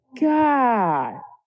god